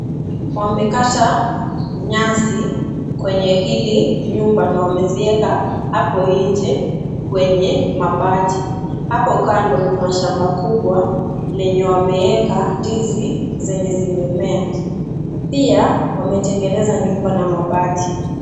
Wamekata nyasi kwenye hili nyumba na wamezieka hapo inje kwenye mabati. Hapa kando, kuna shamba kubwa lenye wameeka ndizi zenye zimemea. Pia wametengeneza nyumba na mabati.